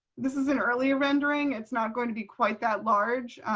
this is an earlier rendering. it's not going to be quite that large,